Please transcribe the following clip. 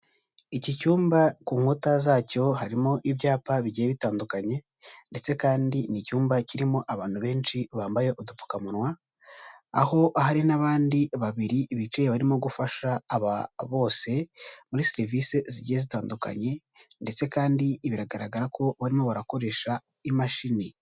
Iki cyumba ku nkuta zacyo harimo ibyapa bigiye bitandukanye ndetse kandi ni icyumba kirimo abantu benshi bambaye udupfukamunwa, aho hari n'abandi babiri bicaye barimo gufasha bose muri serivisi zigiye zitandukanye, ndetse kandi biragaragara ko barimo barakoresha imashini.